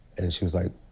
and she was, like.